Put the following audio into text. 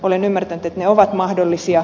olen ymmärtänyt että ne ovat mahdollisia